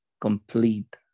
complete